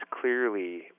clearly